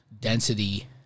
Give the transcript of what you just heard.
density